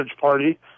party